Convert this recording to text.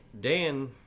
Dan